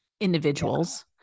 individuals